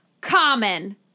Common